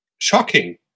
Shocking